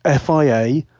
fia